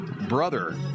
brother